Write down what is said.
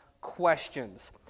questions